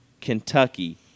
Kentucky